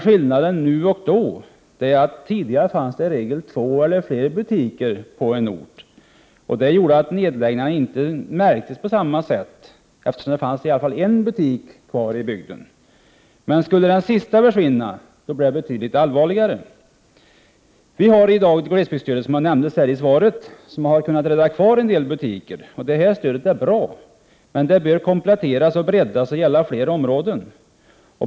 Skillnaden är att det tidigare i regel fanns två eller fler butiker på en ort. Det gjorde att nedläggningarna inte märktes på samma sätt, eftersom det i alla fall fanns en butik kvar i bygden. Skulle den sista butiken försvinna, blir det betydligt allvarligare. Vi har i dag, som nämndes i svaret, ett glesbygdsstöd som kunnat rädda kvar en del butiker. Detta stöd är bra. Men det bör kompletteras och breddas till att gälla fler områden.